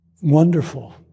wonderful